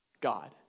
God